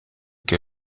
que